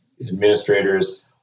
administrators